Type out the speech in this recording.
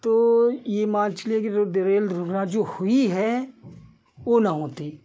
तो यह मानकर चलिए जो रेल दुर्घटना जो हुई है वह न होती